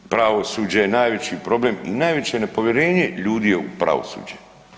Pravosuđe je najveći problem i najveće nepovjerenje ljudi je u pravosuđe.